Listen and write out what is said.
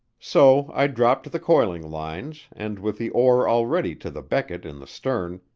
so i dropped the coiling lines and, with the oar already to the becket in the stern,